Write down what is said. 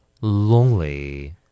Lonely